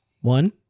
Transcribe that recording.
One